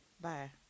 bye